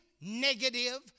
negative